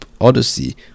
Odyssey